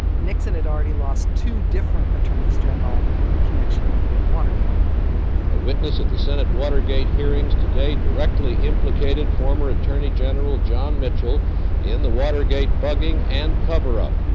nixon had already lost two different attorneys general in connection with watergate a witness at the senate watergate hearings today directly implicated former former attorney general john mitchell in the watergate bugging and cover-up.